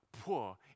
poor